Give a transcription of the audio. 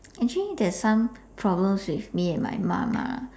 actually there's some problems with me and my mom lah